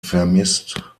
vermisst